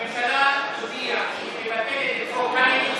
הממשלה תודיע שהיא מבטלת את חוק קמיניץ,